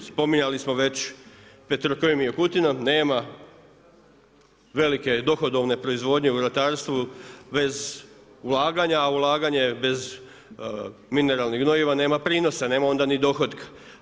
Spominjali smo već Petrokemiju Kutina, nema velike dohodovne proizvodnje u ratarstvu bez ulaganja, a ulaganje bez mineralnih gnojiva nema prinosa, nema onda ni dohotka.